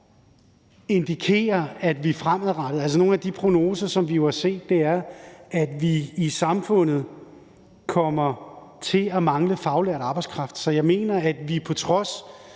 indikerer det fremadrettet. Altså, nogle af de prognoser, som vi jo har set, er, at vi i samfundet kommer til at mangle faglært arbejdskraft, så jeg mener, at vi på trods